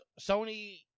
Sony